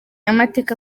amateka